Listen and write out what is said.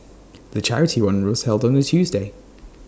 the charity run was held on A Tuesday